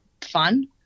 fun